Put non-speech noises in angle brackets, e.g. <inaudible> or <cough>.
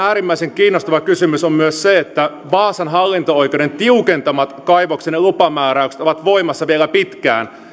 <unintelligible> äärimmäisen kiinnostava kysymys on myös se että vaasan hallinto oikeuden tiukentamat kaivoksen lupamääräykset ovat voimassa vielä pitkään